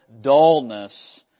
dullness